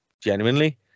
genuinely